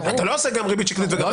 אתה לא עושה גם ריבית שקלית וגם הצמדה.